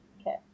Okay